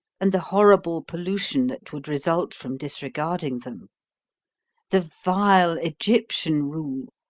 and the horrible pollution that would result from disregarding them the vile egyptian rule,